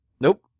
Nope